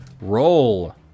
Roll